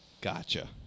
Gotcha